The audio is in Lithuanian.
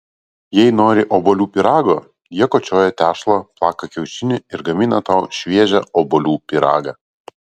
jei nori obuolių pyrago jie kočioja tešlą plaka kiaušinį ir gamina tau šviežią obuolių pyragą